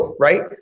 Right